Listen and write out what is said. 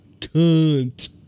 cunt